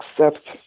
accept